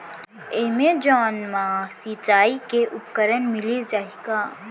Amazon मा सिंचाई के उपकरण मिलिस जाही का?